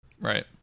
Right